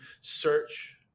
search